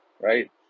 right